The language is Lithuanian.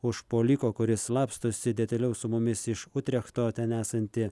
užpuoliko kuris slapstosi detaliau su mumis iš utrechto ten esanti